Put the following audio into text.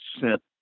sent